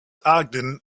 ogden